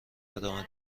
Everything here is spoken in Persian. ادامه